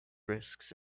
risks